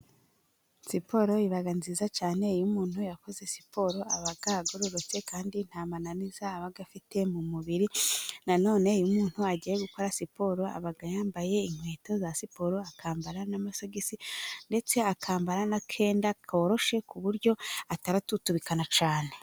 Siporo iba nziza cyane, iyo umuntu yakoze siporo aba agagororotse, kandi nta mananiza aba afite mu mubiri, na none iyo umuntu agiye gukora siporo aba yambaye inkweto za siporo, akambara n'amasogisi, ndetse akambara n'akenda koroshye ku buryo ataratutubikana cyane.